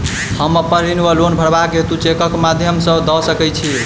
हम अप्पन ऋण वा लोन भरबाक हेतु चेकक माध्यम सँ दऽ सकै छी?